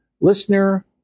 listener